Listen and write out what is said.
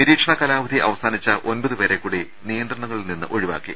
നിരീക്ഷണ കാലാവധി അവസാ നിച്ച ഒൻപതുപേരെ കൂടി നിയന്ത്രണങ്ങളിൽ നിന്ന് ഒഴിവാക്കി